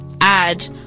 add